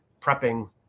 prepping